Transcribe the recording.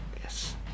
yes